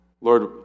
Lord